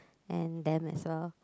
and them as well